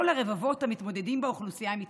לא לרבבות המתמודדים באוכלוסייה עם התמכרות.